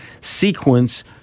sequence